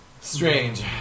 Strange